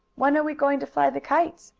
when are we going to fly the kites?